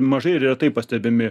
mažai retai pastebimi